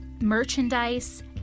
merchandise